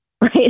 Right